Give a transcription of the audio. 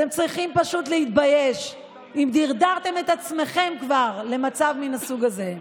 אתם צריכים פשוט להתבייש אם כבר דרדרתם את עצמכם למצב מן הסוג הזה.